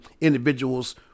individuals